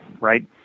right